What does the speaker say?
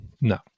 No